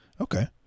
Okay